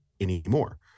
anymore